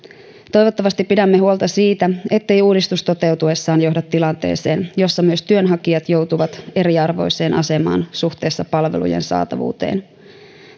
toivottavasti pidämme huolta siitä ettei uudistus toteutuessaan johda tilanteeseen jossa myös työnhakijat joutuvat eriarvoiseen asemaan suhteessa palvelujen saatavuuteen